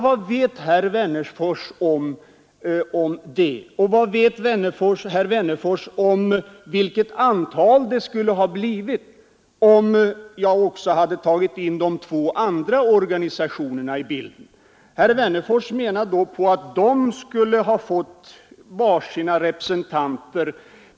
Vad vet herr Wennerfors om det? Vad vet herr Wennerfors om vilket antal det skulle ha blivit om jag tagit med också de andra två organisationerna i bilden? Herr Wennerfors menar att SR och SACO skulle ha fått en representant var.